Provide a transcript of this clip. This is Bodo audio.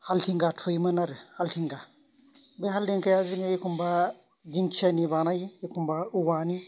हालथिंगा थुयोमोन आरो हालथिंगा बे हालथिंगाया जोङो एखमबा दिंखियानि बानायो अखमबा ओवानि